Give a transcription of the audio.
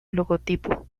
logotipo